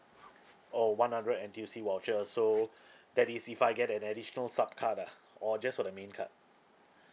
oh one hundred N_T_U_C voucher so that is if I get an additional sub card ah or just for the main card